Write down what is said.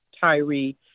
Tyree